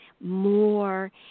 more